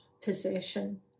possession